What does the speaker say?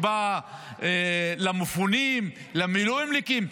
למפונים ולמילואימניקים,